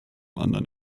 anderen